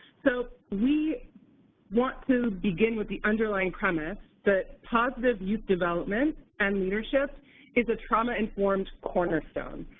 so we want to begin with the underlying premise that positive youth development and leadership is a trauma-informed cornerstone.